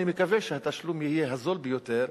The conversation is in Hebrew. אני מקווה שהתשלום יהיה הזול ביותר,